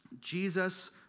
Jesus